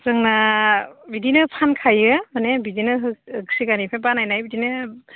जोंना बिदिनो फानखायो माने बिदिनो सिगांनिफ्राय बानायनाय बिदिनो